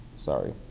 Sorry